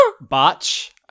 Botch